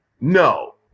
no